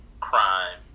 crime